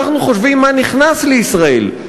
אנחנו חושבים מה נכנס לישראל,